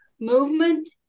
movement